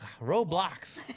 Roblox